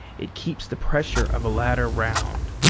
it keeps the pressure of a ladder-round.